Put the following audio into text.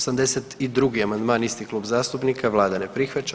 82. amandman, isti klub zastupnika, Vlada ne prihvaća.